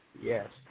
Yes